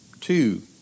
Two